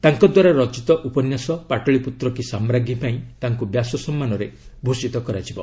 ତାଙ୍କ ଦ୍ୱାରା ରଚିତ ଉପନ୍ୟାସ 'ପାଟଳୀପୁତ୍ର କି ସାମ୍ରାଜ୍ଞୀ' ପାଇଁ ତାଙ୍କୁ ବ୍ୟାସ ସମ୍ମାନରେ ଭୂଷିତ କରାଯିବ